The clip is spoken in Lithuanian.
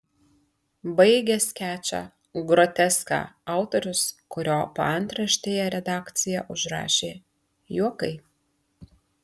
baigia skečą groteską autorius kurio paantraštėje redakcija užrašė juokai